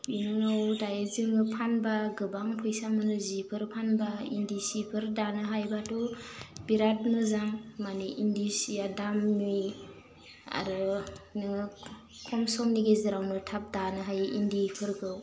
बेनि उनाव दायो जोङो फानबा गोबां फैसा मोनो जिफोर फानबा इन्दि सिफोर दानो हायोबाथ' बिराथ मोजां मानि इन्दि सिया दामनि आरो नोङो खम समनि गेजेरावनो थाब दानो हायो इन्दिफोरखौ